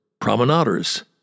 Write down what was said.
promenaders